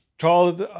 called